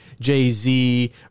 Jay-Z